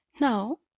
Now